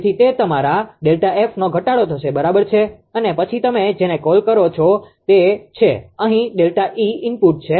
તેથી તે તમારા ΔF નો ઘટાડો થશે બરાબર છે અને પછી તમે જેને આ કોલ કરો છો તે છે અહીં ΔE ઇનપુટ છે